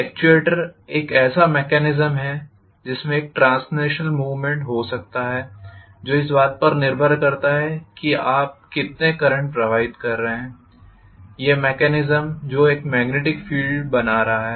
actuator एक ऐसा mechanism है जिसमें एक ट्रांसलैशनल मूवमेंट हो सकता है जो इस बात पर निर्भर करता है कि आप कितने करंट प्रवाहित कर रहे हैं ये मैकेनिज्म जो एक मैग्नेटिक फील्ड बना रहा है